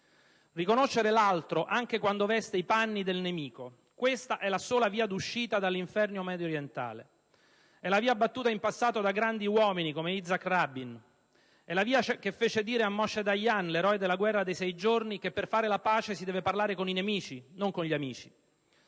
Riconoscere l'altro, anche quando veste i panni del nemico, questa è la sola via d'uscita dall'inferno mediorientale. È la via battuta in passato da grandi uomini come Yzak Rabin, è la via che fece dire a Moshe Dayan, l'eroe della Guerra dei sei giorni, che per fare la pace si deve parlare con i nemici, non con gli amici.